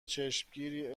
چشمگیری